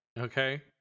Okay